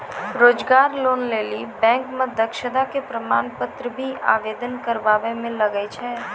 रोजगार लोन लेली बैंक मे दक्षता के प्रमाण पत्र भी आवेदन करबाबै मे लागै छै?